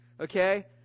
Okay